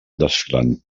desfilant